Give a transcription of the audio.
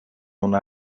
una